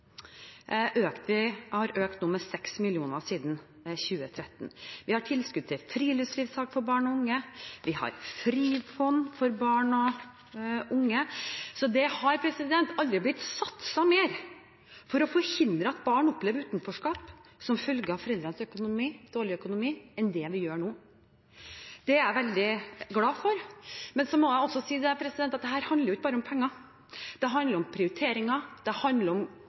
har økt med 6 mill. kr siden 2013. Vi har tilskudd til friluftstiltak for barn og unge, vi har Frifond for barn og unge. Så det har aldri blitt satset mer for å forhindre at barn opplever utenforskap som følge av foreldrenes dårlige økonomi enn det vi gjør nå. Det er jeg veldig glad for. Men så må jeg også si at dette handler ikke bare om penger, det handler om prioriteringer, det handler om